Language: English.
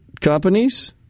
companies